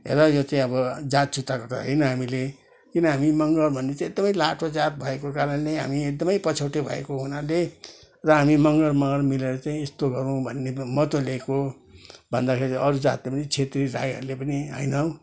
हेर यो चाहिँ अब जात छुट्याएको त होइन हामीले किन हामी मगर भन्ने चाहिँ एकदमै लाटो जात भएको कारणले हामी एकदमै पछौटे भएको हुनाले र हामी मगर मगर मिलेर चाहिँ यस्तो गरौँ भन्ने मतो लिएको भन्दाखेरि अरू जातले पनि क्षेत्री राईहरूले पनि होइन